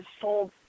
sold